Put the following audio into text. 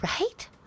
Right